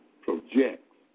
projects